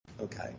Okay